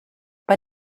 but